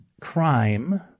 crime